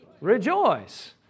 rejoice